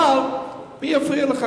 אבל מי יפריע לך?